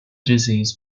disease